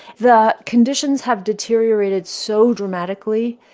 the conditions have deteriorated so dramatically,